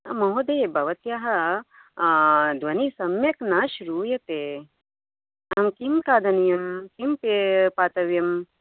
महोदये भवत्या ध्वनि सम्यक् न श्रूयते अहं किं खादनीयं किं पे पातव्यं